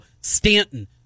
Stanton